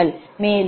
மேலும் Zb Z31 0